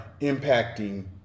impacting